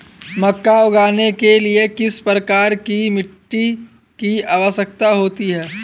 मक्का उगाने के लिए किस प्रकार की मिट्टी की आवश्यकता होती है?